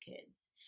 kids